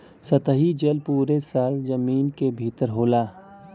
सतही जल पुरे साल जमीन क भितर होला